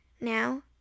now